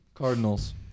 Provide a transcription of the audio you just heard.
Cardinals